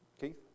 Keith